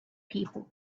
people